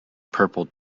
purple